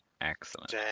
excellent